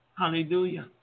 Hallelujah